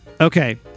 okay